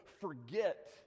forget